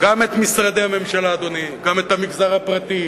גם את משרדי הממשלה, אדוני, גם את המגזר הפרטי,